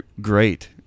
great